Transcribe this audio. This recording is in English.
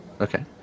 okay